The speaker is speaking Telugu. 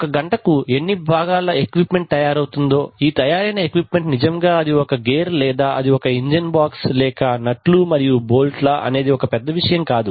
ఒక గంటకు ఎన్ని భాగాల ఎక్విప్మెంట్ తయారు అవుతుందో ఈ తయారైన ఎక్విప్మెంట్ నిజముగా అది ఒక గేర్ లేదా అది ఒక ఇంజీన్ బాక్స్ లేక నట్లు మరియు బోల్ట్ లా అనేది పెద్ద విషయం కాదు